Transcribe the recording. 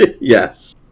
yes